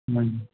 हूँ